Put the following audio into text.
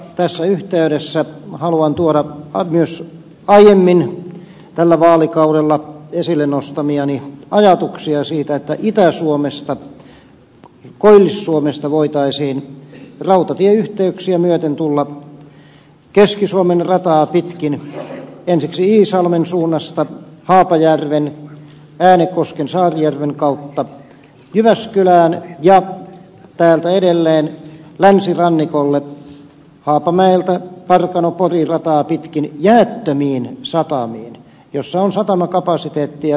tässä yhteydessä haluan tuoda myös aiemmin tällä vaalikaudella esille nostamiani ajatuksia siitä että itä suomesta koillis suomesta voitaisiin rautatieyhteyksiä myöten tulla keski suomen rataa pitkin ensiksi iisalmen suunnasta haapajärven äänekosken saarijärven kautta jyväskylään ja täältä edelleen länsirannikolle haapamäeltä parkanopori rataa pitkin jäättömiin satamiin joissa on satamakapasiteettia runsaasti vapaana